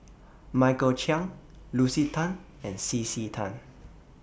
Michael Chiang Lucy Tan and C C Tan